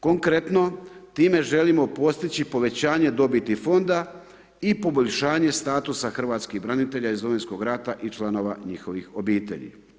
Konkretno time želimo postići povećanje dobiti fonda i povećanje statusa hrvatskih branitelja iz Domovinskog rata i članova njihovih obitelji.